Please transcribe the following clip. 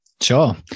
Sure